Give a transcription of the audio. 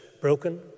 broken